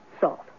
Salt